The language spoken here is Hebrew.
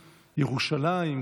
ירושלים,